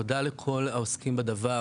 תודה לכל העוסקים בדבר,